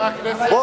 אבל